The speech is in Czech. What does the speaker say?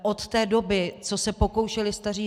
Od té doby, co se pokoušeli staří